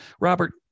Robert